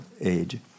age